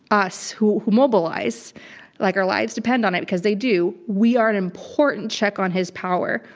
us, who who mobilize like our lives depend on it because they do, we are an important check on his power.